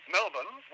Melbourne